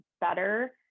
better